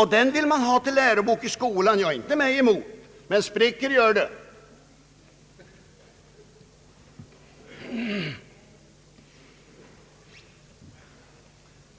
Bibeln vill man ha till lärobok i skolan. Ja, inte mig emot, men spricker gör det.